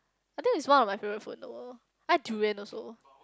I think it's one of my favourite food in the world I like durian also